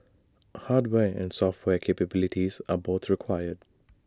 hardware and software capabilities are both required